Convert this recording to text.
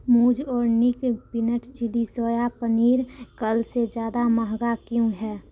मूज़ organic peanut chilli soya paneer कल से ज़्यादा महँगा क्यों है